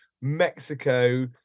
Mexico